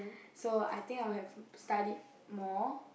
so I think I'll have studied more